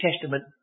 Testament